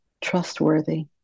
trustworthy